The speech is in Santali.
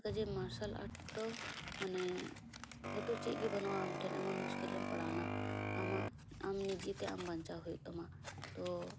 ᱢᱟᱨᱥᱟᱞ ᱟᱨᱴ ᱫᱚ ᱢᱟᱱᱮ ᱦᱳᱭᱛᱳ ᱪᱮᱫ ᱦᱚᱸ ᱵᱟᱹᱱᱩᱜᱼᱟ ᱟᱢ ᱴᱷᱮᱱ ᱮᱢᱚᱱ ᱢᱩᱥᱠᱤᱞ ᱨᱮᱢ ᱯᱟᱲᱟᱣ ᱮᱱᱟ ᱟᱢᱟᱜ ᱟᱢ ᱱᱤᱡᱮ ᱛᱮ ᱟᱢ ᱵᱟᱧᱪᱟᱣ ᱦᱩᱭᱩᱜ ᱛᱟᱢᱟ ᱛᱚ